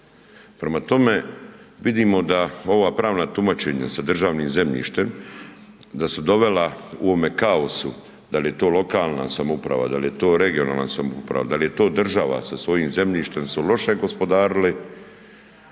Prema tome, vidimo da ova pravna tumačenja sa državnim zemljištem, da su dovela u ovome kaosu, da li je to lokalna samouprava, da li je to regionalna samouprava, da li je to država sa svojim zemljištem su loše gospodarili